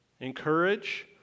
encourage